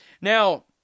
Now